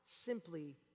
simply